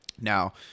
Now